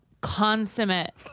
consummate